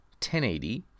1080